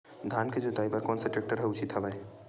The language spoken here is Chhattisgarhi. धान के जोताई बर कोन से टेक्टर ह उचित हवय?